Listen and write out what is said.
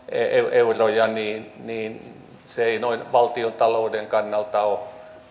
euroja niin niin se ei noin valtiontalouden kannalta ole